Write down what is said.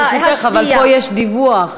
אבל, ברשותך, פה יש דיווח.